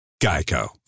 Geico